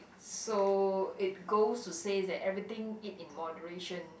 so it goes to say that everything eat in moderation